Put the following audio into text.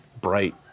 bright